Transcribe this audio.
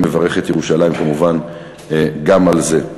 אני מברך את ירושלים, כמובן, גם על זה.